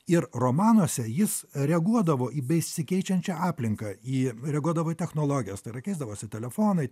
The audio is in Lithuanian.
ir romanuose jis reaguodavo į besikeičiančią aplinką į reaguodavo technologijas tai yra keisdavosi telefonai